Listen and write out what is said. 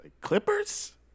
Clippers